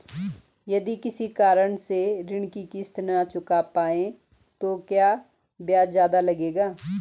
यदि किसी कारण से ऋण की किश्त न चुका पाये तो इसका ब्याज ज़्यादा लगेगा?